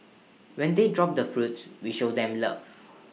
when they drop the fruits we show them love